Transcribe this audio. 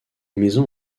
maisons